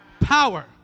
power